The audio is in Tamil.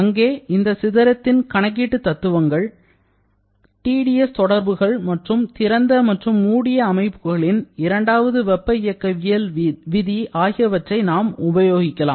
அங்கே இந்த சிதறத்தின் கணக்கீட்டு தத்துவங்கள் TdS தொடர்புகள் மற்றும் திறந்த மற்றும் மூடிய அமைப்புகளின் இரண்டாவது வெப்ப இயக்கவியல் விதி ஆகியவற்றை நாம் உபயோகிக்கலாம்